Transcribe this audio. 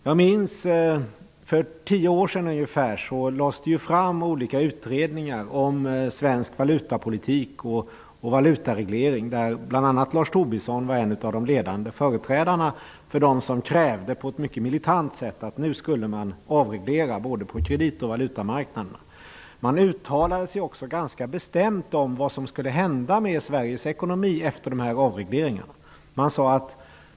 Jag minns att det för ungefär tio år sedan lades fram olika utredningar om svensk valutapolitik och valutareglering. Bl.a. Lars Tobisson var en av de ledande företrädarna för dem som krävde på ett militant sätt att det skulle ske avregleringar på kreditoch valutamarknaderna. Man uttalade sig ganska bestämt om vad som skulle hända med Sveriges ekonomi efter avregleringarna.